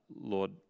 Lord